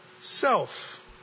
self